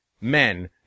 men